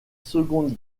seconde